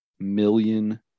million